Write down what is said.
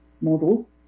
model